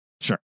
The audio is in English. sure